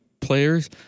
players